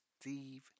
Steve